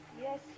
Yes